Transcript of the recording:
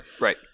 Right